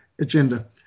agenda